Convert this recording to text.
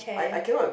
I I cannot